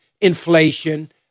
inflation